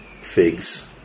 figs